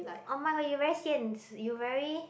oh-my-god you very 现实 you very